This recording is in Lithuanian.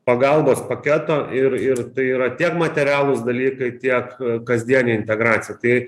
pagalbos paketo ir ir tai yra tiek materialūs dalykai tiek kasdienė integracija tai